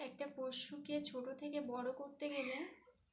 একটা পশুকে ছোটো থেকে বড় করতে গেলে